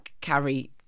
carry